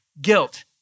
guilt